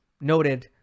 noted